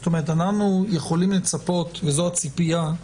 זאת אומרת, הציפייה היא